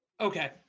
Okay